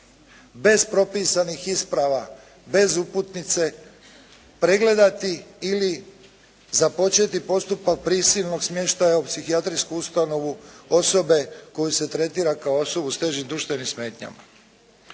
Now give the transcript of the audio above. bez propisanih isprava, bez uputnice pregledati ili započeti postupak prisilnog smještaja u psihijatrijsku ustanovu osobe koju se tretira kao osobu s težim duševnim smetnjama.